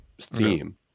theme